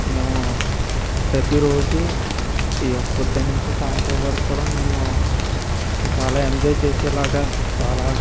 మేము ప్రతిరోజు ఈ ఒక పొద్దునుంచ్చి నుంచి సాయంత్రం వరకు కూడా మేము చాలా ఎంజాయ్ చేసేలాగా చాలా